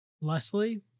Leslie